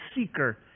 seeker